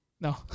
No